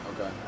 okay